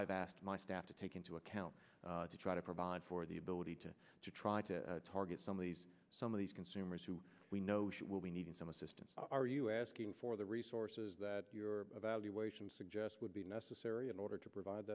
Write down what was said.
i've asked my staff to take into account to try to provide for the ability to to try to target some of these some of these consumers who we know she will be needing some assistance are you asking for the resources that your evaluation suggests would be necessary in order to provide